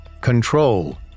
control